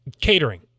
catering